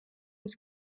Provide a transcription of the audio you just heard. ერთ